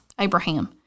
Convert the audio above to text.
Abraham